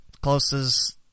Closest